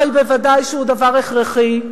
הרי ודאי שהיא דבר הכרחי.